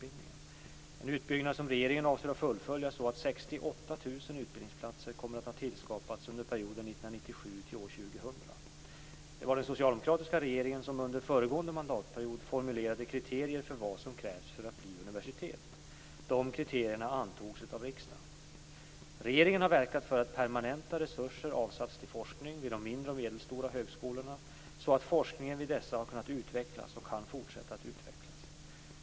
Detta är en utbyggnad som regeringen avser att fullfölja så att 68 000 utbildningsplatser kommer att ha tillskapats under perioden 1997 till 2000. Det var den socialdemokratiska regeringen som under föregående mandatperiod formulerade kriterier för vad som krävs för att bli universitet. Dessa kriterier antogs av riksdagen. Regeringen har verkat för att permanenta resurser avsatts till forskning vid de mindre och medelstora högskolorna så att forskningen vid dessa har kunnat utvecklas och kan fortsätta att utvecklas.